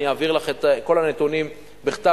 אני אעביר לך את כל הנתונים בכתב,